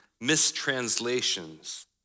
mistranslations